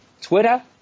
Twitter